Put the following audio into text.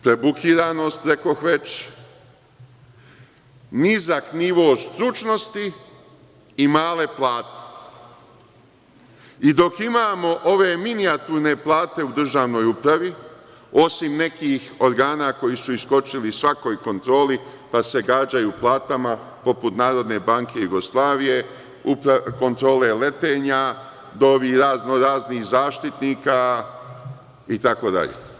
Prebukiranost, rekoh već, nizak nivo stručnosti i male plate i dok imamo ove minijaturne plate u državnoj upravi, osim nekih organa koji su iskočili svakoj kontroli, pa se gađaju platama, poput Narodne banke Jugoslavije, Kontrole letenja do razno-raznih zaštitnika itd.